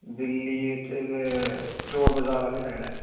दिल्ली च ते चोर बजार आह्ली साइड ऐ